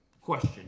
Question